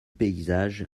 paysage